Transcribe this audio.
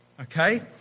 okay